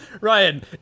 Ryan